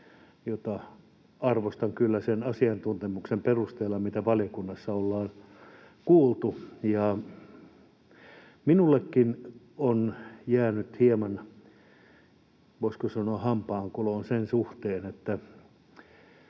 jota arvostan kyllä sen asiantuntemuksen perusteella, mitä valiokunnassa on kuultu. Minullekin on jäänyt hieman, voisiko sanoa, hampaankoloon sen suhteen,